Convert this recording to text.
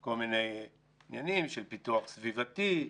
כל מיני עניינים של פיתוח סביבתי,